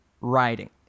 writing